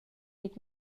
vid